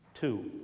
Two